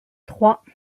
trois